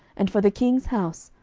and for the king's house,